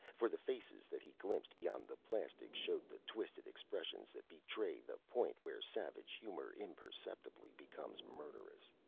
for the faces that he glimpsed beyond the plastic showed the twisted expressions that betray the point where savage humor imperceptibly becomes murderous.